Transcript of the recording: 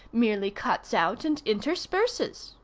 merely cuts out and intersperses.